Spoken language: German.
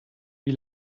wie